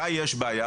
מתי יש בעיה?